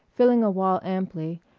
filling a wall amply,